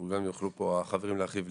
ואולי יוכלו פה החברים להרחיב.